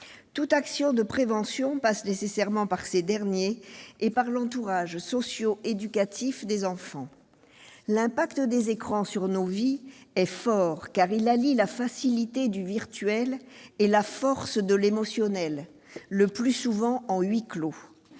Toute action de prévention passe nécessairement par ces derniers, et par l'entourage socio-éducatif des enfants. L'impact des écrans sur nos vies est fort, car cet usage allie la facilité du virtuel et la force de l'émotionnel, le plus souvent en huis clos.